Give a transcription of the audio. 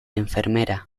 enfermera